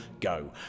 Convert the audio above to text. go